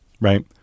right